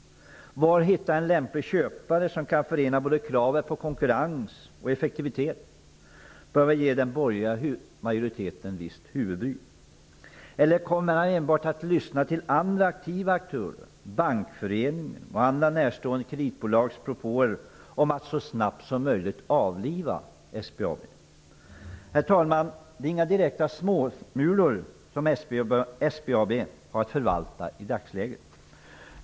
Var hittar man en lämplig köpare, som kan förena kravet på konkurrens och effektivitet? Det bör ge den borgerliga majoriteten visst huvudbry. Eller kommer man enbart att lyssna till andra aktiva aktörer, Bankföreningen och andra närstående kreditbolag, och deras propåer om att så snabbt som möjligt avliva SBAB? Herr talman! Det är inga direkta småsmulor som SBAB har att förvalta i dagsläget.